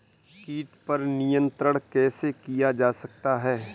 कीट पर नियंत्रण कैसे किया जा सकता है?